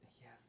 yes